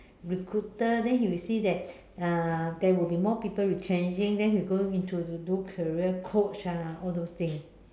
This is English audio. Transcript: recruiter then he receive that uh there will be more people retrenching then he go into to do career coach ah all those things